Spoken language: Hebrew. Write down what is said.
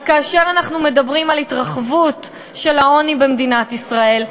אז כאשר אנחנו מדברים על התרחבות של העוני במדינת ישראל,